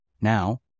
Now